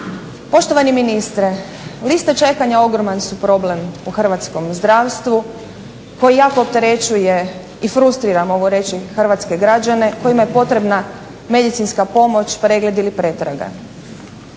Poštovani ministre, liste čekanja ogroman su problem u hrvatskom zdravstvu koji jako opterećuje i frustrira mogu reći hrvatske građane kojima je potrebna medicinska pomoć, pregled ili pretraga.